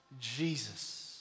Jesus